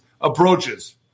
approaches